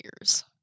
years